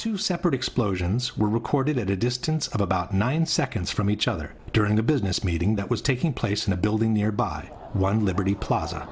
two separate explosions were recorded at a distance of about nine seconds from each other during a business meeting that was taking place in a building nearby one liberty plaza